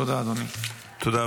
תודה, אדוני.